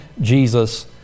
Jesus